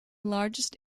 largest